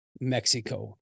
Mexico